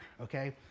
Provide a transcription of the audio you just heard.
okay